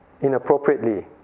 inappropriately